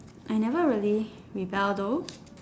I never really rebel though